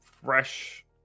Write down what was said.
Fresh